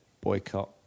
boycott